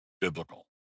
biblical